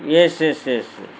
yes yes yes yes